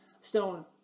stone